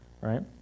right